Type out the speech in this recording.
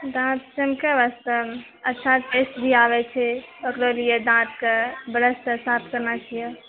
दाँत टनके लागतौ अच्छा पेस्ट भी आबै छै ओकरा लिए दाँत कऽ ब्रशसँ साफ करना चाहिए